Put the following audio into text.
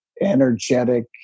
energetic